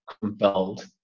compelled